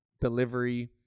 delivery